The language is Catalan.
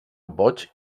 boig